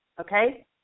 okay